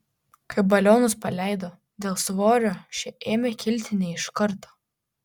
kai balionus paleido dėl svorio šie ėmė kilti ne iš karto